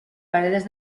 paredes